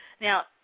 Now